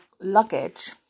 luggage